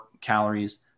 calories